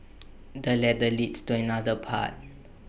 the ladder leads to another path